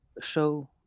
show